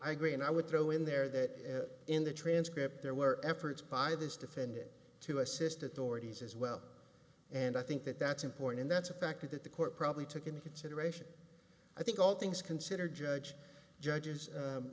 i agree and i would throw in there that in the transcript there were efforts by this defendant to assist authorities as well and i think that that's important and that's a factor that the court probably took into consideration i think all things considered judge judges